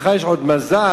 לך יש עוד מזל,